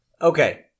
Okay